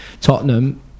Tottenham